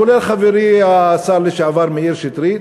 כולל חברי השר לשעבר מאיר שטרית,